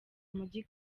mujyi